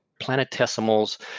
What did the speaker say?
planetesimals